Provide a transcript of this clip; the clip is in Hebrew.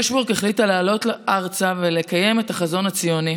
ישוורק החליטה לעלות ארצה ולקיים את החזון הציוני.